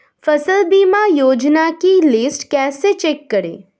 फसल बीमा योजना की लिस्ट कैसे चेक करें?